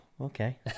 okay